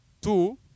two